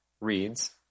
reads